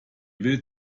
will